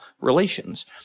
relations